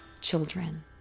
children